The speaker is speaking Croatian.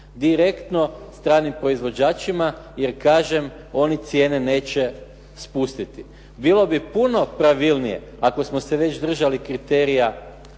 direktno stranim proizvođačima, jer kažem oni cijene neće spustiti. Bilo bi puno pravilnije ako smo se već držali kriterija